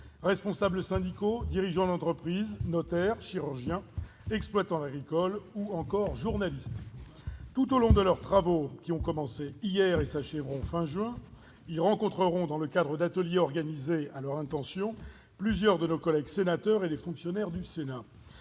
responsables syndicaux, dirigeants d'entreprise notaire chirurgien exploitants agricoles ou encore journalistes tout au long de leurs travaux, qui ont commencé hier et s'achèveront fin juin il rencontreront dans le cadre d'ateliers organisés à leur intention, plusieurs de nos collègues sénateurs et les fonctionnaires du Sénat